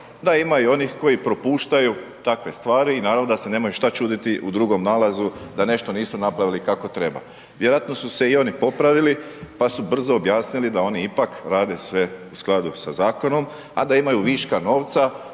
da ima i onih koji propuštaju takve stvari i naravno da se nemaju šta čuditi u drugom nalazu da nešto nisu napravili kako treba, vjerojatno su se i oni popravili, pa su brzo objasnili da oni ipak rade sve u skladu sa zakonom, a da imaju viška novca